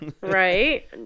right